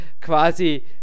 quasi